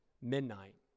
midnight